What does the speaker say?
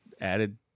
added